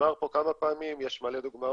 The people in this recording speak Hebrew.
נאמר פה כמה פעמים, יש מלא דוגמאות.